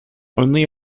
only